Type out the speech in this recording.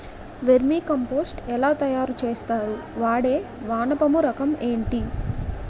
Vermi compost ఎలా తయారు చేస్తారు? వాడే వానపము రకం ఏంటి?